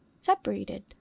Separated